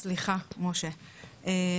סליחה משה,